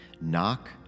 Knock